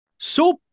super